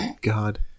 God